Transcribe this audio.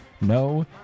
no